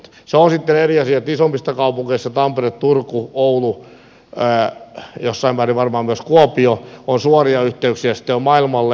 se on sitten eri asia että isommista kaupungeista tampere turku oulu jossain määrin varmaan myös kuopio on suoria yhteyksiä maailmalle